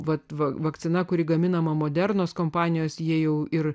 vat va vakcina kuri gaminama modernūs kompanijos jie jau ir